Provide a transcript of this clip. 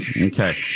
Okay